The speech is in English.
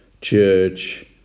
church